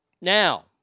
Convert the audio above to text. Now